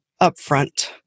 upfront